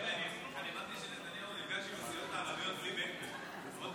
אני קובע שהחלטת הממשלה בדבר העברת סמכות